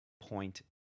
point